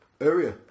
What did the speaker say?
area